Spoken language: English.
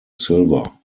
silver